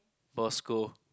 for school